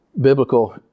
Biblical